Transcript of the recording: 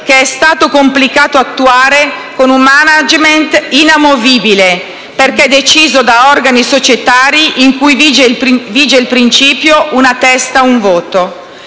che è stato complicato attuare con un *management* inamovibile, perché deciso da organi societari in cui vige il principio: una testa, un voto.